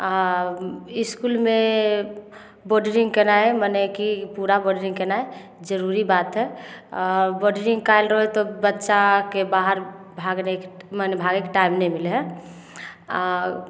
आ इसकुलमे बाॅंउन्ड्री केनाइ मने कि पूरा बाॅंउन्ड्री केनाइ जरुरी बात हइ आओर बाॅंउन्ड्री कएल रहै तऽ बच्चाके बाहर भागनेके मने भागयके टाइम नहि मिलै हइ आ